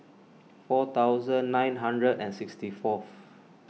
four thousand nine hundred and sixty fourth